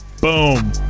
Boom